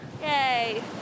Yay